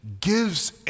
gives